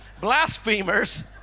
blasphemers